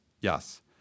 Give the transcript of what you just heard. Yes